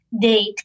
date